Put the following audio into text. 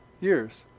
years